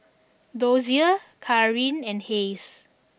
Dozier Karin and Hays